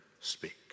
speak